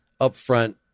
upfront